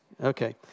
Okay